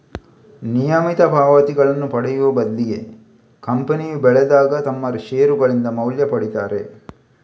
ನಿಯಮಿತ ಪಾವತಿಗಳನ್ನ ಪಡೆಯುವ ಬದ್ಲಿಗೆ ಕಂಪನಿಯು ಬೆಳೆದಾಗ ತಮ್ಮ ಷೇರುಗಳಿಂದ ಮೌಲ್ಯ ಪಡೀತಾರೆ